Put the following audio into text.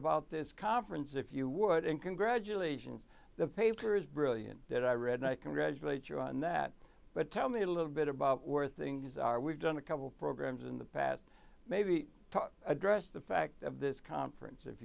about this conference if you would and congratulations the paper is brilliant that i read and i congratulate you on that but tell me a little bit about where things are we've done a couple programs in the past maybe to address the fact of this conference if